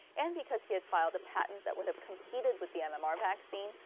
and because he had filed a patent that would have competed with the um mmr vaccine,